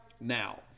now